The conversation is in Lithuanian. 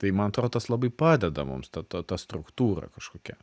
tai man atrodo tas labai padeda mums ta ta struktūra kažkokia